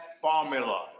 formula